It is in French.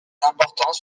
importants